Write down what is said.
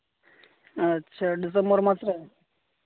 ᱟᱪᱪᱷᱟ ᱰᱤᱥᱮᱢᱵᱚᱨ ᱢᱟᱥᱨᱮ